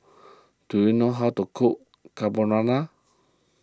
do you know how to cook Carbonara